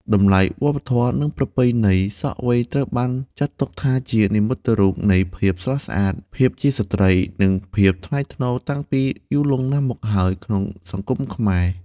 តម្លៃវប្បធម៌ និងប្រពៃណី សក់វែងត្រូវបានចាត់ទុកថាជា និមិត្តរូបនៃភាពស្រស់ស្អាត ភាពជាស្ត្រី និងភាពថ្លៃថ្នូរតាំងពីយូរលង់ណាស់មកហើយក្នុងសង្គមខ្មែរ។